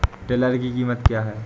Tiller की कीमत क्या है?